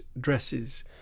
dresses